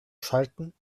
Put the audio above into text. schalten